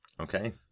Okay